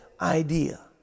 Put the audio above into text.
idea